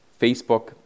Facebook